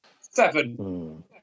Seven